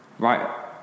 Right